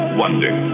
wonder